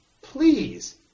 please